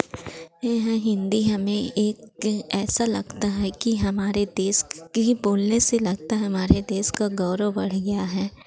हें हैं हिन्दी हमें एक ऐसा लगता है कि हमारे देश के ही बोलने से लगता है हमारे देश का गौरव बढ़ गया है